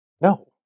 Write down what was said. No